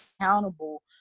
accountable